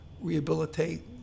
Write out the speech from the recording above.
rehabilitate